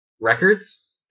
records